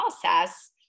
process